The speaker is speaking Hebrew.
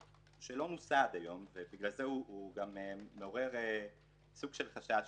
שהוא לא נוסה עד היום ובגלל זה הוא גם מעורר סוג של חשש